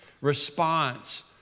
response